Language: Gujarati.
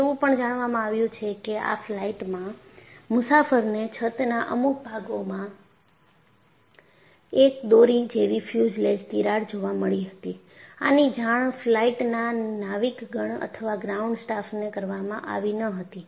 એવું પણ જાણવા મળ્યું છે કે આ ફ્લાઇટમાં મુસાફરને છતના અમુક ભાગોમાં એક દોરી જેવી ફ્યુઝલેજ તિરાડ જોવા મળી હતી આની જાણ ફ્લાઇટના નાવિકગણ અથવા ગ્રાઉન્ડ સ્ટાફને કરવામાં આવી ન હતી